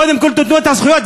קודם כול תיתנו את הזכויות,